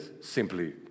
Simply